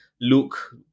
Luke